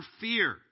fear